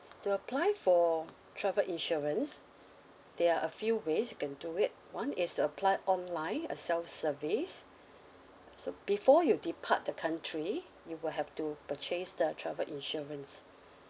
to apply for travel insurance there are a few ways you can do it one is apply online a self-service so before you depart the country you will have to purchase the travel insurance